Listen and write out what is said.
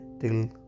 till